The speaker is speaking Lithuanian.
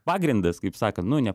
pagrindas kaip sakant nu ne